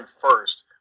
first